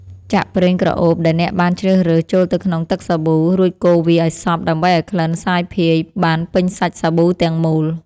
ចាក់ប្រេងក្រអូបដែលអ្នកបានជ្រើសរើសចូលទៅក្នុងទឹកសាប៊ូ រួចកូរវាឱ្យសព្វដើម្បីឱ្យក្លិនសាយភាយបានពេញសាច់សាប៊ូទាំងមូល។